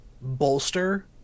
bolster